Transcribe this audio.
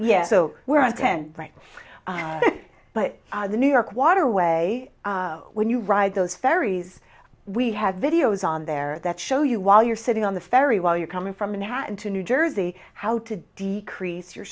yes so we're on ten right but the new york waterway when you ride those ferries we have videos on there that show you while you're sitting on the ferry while you're coming from manhattan to new jersey how to decrease your